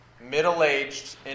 middle-aged